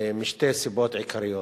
משתי סיבות עיקריות: